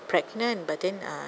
pregnant but then uh